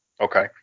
Okay